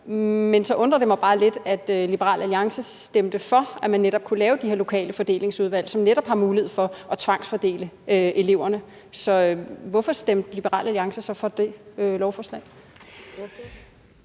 Men så undrer det mig bare lidt, at Liberal Alliance stemte for, at man kunne lave de her lokale fordelingsudvalg, som netop har mulighed for at tvangsfordele eleverne. Så hvorfor stemte Liberal Alliance så for det lovforslag?